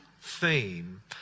theme